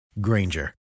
Granger